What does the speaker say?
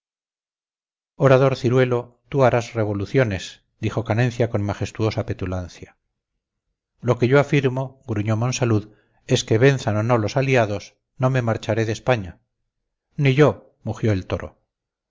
orador ciruelo tú harás revoluciones dijo canencia con majestuosa petulancia lo que yo afirmo gruñó monsalud es que venzan o no los aliados no me marcharé de españa ni yo mugió el toro